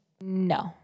no